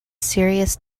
serious